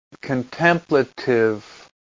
contemplative